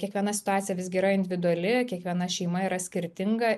kiekviena situacija visgi yra individuali kiekviena šeima yra skirtinga